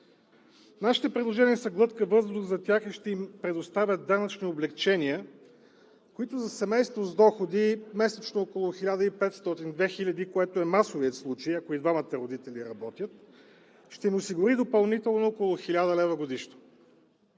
Нашите предложения са глътка въздух за тях и ще им предоставят данъчни облекчения, които за семейство с доходи месечно около 1500 – 2000 лв., какъвто е масовият случай, ако и двамата родители работят, ще им осигури допълнително около 1000 лв. годишно.